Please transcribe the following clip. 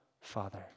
Father